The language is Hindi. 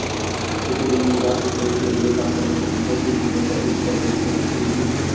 किसी भी नीजात उद्योग के लिए काम करने से तुमको तीन महीने से अधिक सैलरी नहीं मिल सकेगी